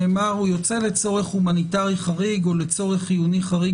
נאמר: הוא יוצא לצורך הומניטרי חריג או לצורך חיוני חריג